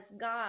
God